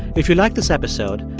if you like this episode,